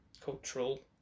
cultural